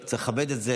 צריך לכבד את זה,